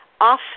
often